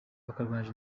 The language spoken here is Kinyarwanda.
bakarwanya